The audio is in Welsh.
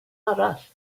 arall